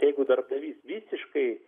jeigu darbdavys visiškai